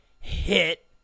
hit